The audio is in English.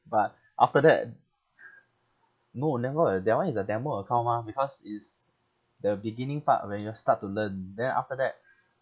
but after that no never that [one] is a demo account mah because is the beginning part when you start to learn then after that